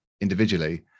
individually